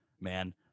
man